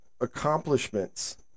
accomplishments